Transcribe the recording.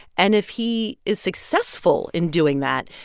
and if he is successful in doing that,